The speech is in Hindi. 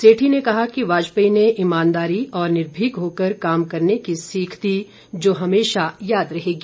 सेठी ने कहा कि वाजपेयी ने ईमानदारी और निर्मीक होकर काम करने की सीख दी जो हमेशा याद रहेगी